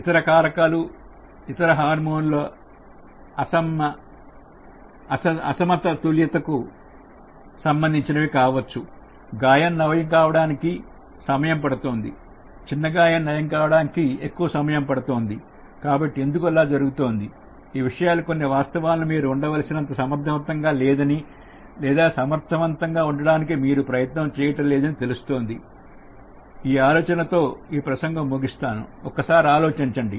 ఇతర కారకాలు ఇతర హార్మోనుల అసమతుల్యత కు సంబంధించి కావచ్చు చు గాయం నయం అవడానికి సమయం పడుతోంది చిన్న గాయం నయం కావడానికి ఎక్కువ సమయం పడుతోంది కాబట్టి ఎందుకు అలా జరుగుతోంది ఈ విషయాలు కొన్ని వాస్తవాలను మీరు ఉండవలసినంత సమర్థవంతంగా లేదని లేదా సమర్థవంతంగా ఉండడానికి ప్రయత్నం చేయడం లేదని తెలుస్తోంది ఈ ఆలోచనతో ఈ ప్రసంగం ముగిస్తాను ఒక్కసారి ఆలోచించండి